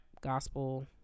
gospel